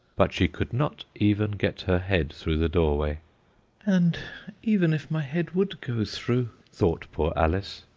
but she could not even get her head through the doorway and even if my head would go through thought poor alice,